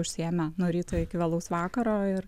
užsiėmę nuo ryto iki vėlaus vakaro ir